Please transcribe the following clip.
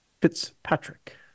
Fitzpatrick